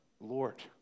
Lord